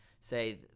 say